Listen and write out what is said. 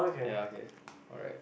ya okay alright